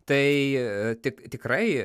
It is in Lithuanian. tai tik tikrai